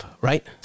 right